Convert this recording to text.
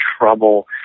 trouble